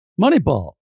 Moneyball